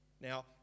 Now